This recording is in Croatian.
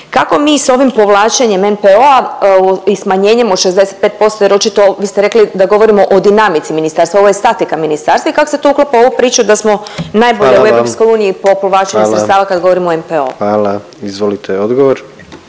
kako mi sa ovim povlačenjem NPO i smanjenjem od 65% jer očito vi ste rekli da govorimo o dinamici ministarstva ovo je statika ministarstva i kako se to uklapa u ovu priču da smo… …/Upadica predsjednik: Hvala vam./… … najbolji u EU po povlačenju sredstava kad govorimo o NPO-u. **Jandroković,